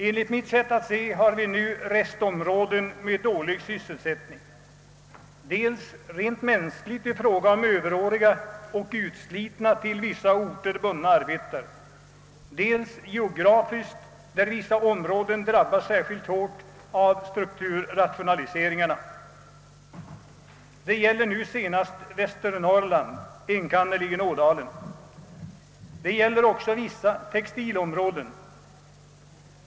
Enligt mitt sätt att se har vi nu restområden med dålig sysselsättning, dels rent mänskligt i fråga om överåriga och utslitna till vissa orter bundna arbetare, dels geografiskt när vissa områden drabbas särskilt hårt av strukturrationaliseringarna. Det gäller nu närmast Västernorrland, enkannerligen Ådalen. Det gäller också vissa textilområden.